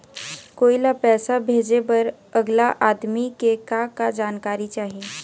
कोई ला पैसा भेजे बर अगला आदमी के का का जानकारी चाही?